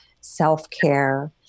self-care